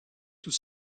tout